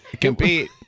compete